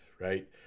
right